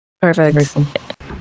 Perfect